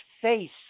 face